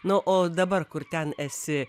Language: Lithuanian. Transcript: na o dabar kur ten esi